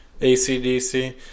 ACDC